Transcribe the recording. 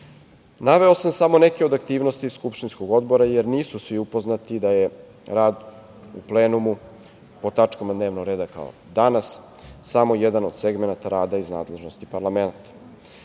sam samo neke od aktivnosti skupštinskog odbora, jer nisu svi upoznati da je rad u plenumu po tačkama dnevnog reda kao danas samo jedan od segmenata rada iz nadležnosti parlamenta. Pozitivno